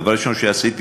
הדבר הראשון שעשיתי,